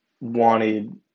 wanted